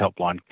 Helpline